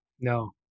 No